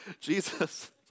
Jesus